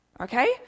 okay